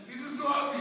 מי זאת זועבי?